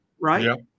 right